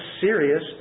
serious